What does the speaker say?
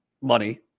money